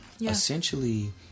Essentially